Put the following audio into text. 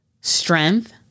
strength